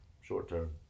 short-term